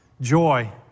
joy